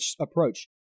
approach